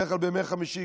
בדרך כלל בימי חמישי,